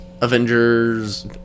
Avengers